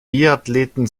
biathleten